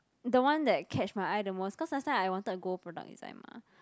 the one that catch my eye the most cause last time I wanted go product design mah